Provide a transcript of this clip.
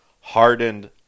hardened